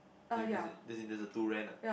that mean as in as in there's a to rent ah